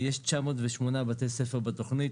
יש 908 בתי ספר בתכנית,